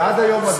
ועד היום,